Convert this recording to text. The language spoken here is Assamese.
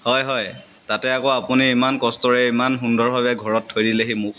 হয় হয় তাকে আকৌ আপুনি ইমান কষ্টৰে ইমান সুন্দৰভাৱে ঘৰত থৈ দিলেহি মোক